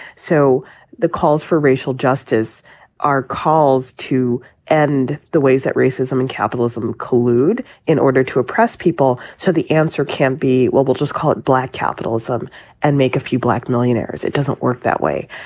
so the calls for racial justice are calls to end and the ways that racism and capitalism collude in order to oppress people. so the answer can't be, well, we'll just call it black capitalism and make a few black millionaires. it doesn't work that way.